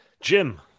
Jim